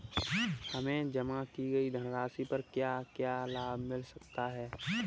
हमें जमा की गई धनराशि पर क्या क्या लाभ मिल सकता है?